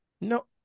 no